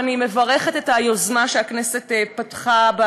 אני מברכת על היוזמה שהכנסת פתחה בה